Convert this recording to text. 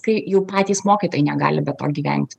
kai jau patys mokytojai negali be to gyventi